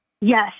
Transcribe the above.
Yes